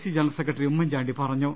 C general secretary Oommen Chandy പറഞ്ഞു